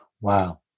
Wow